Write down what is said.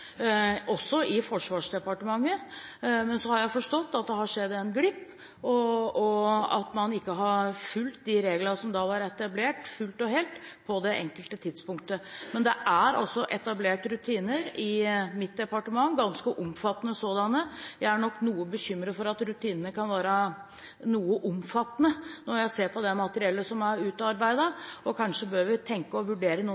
også i Forsvarsdepartementet. Så har jeg forstått at det har skjedd en glipp, og at man ikke har fulgt de reglene som da var etablert, fullt og helt, på det enkelte tidspunktet. Det er altså etablert rutiner i mitt departement – ganske omfattende sådanne. Jeg er nok noe bekymret for at rutinene kan være noe omfattende når jeg ser på det materiellet som er utarbeidet. Kanskje bør vi tenke og vurdere noen